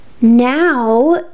Now